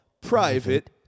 Private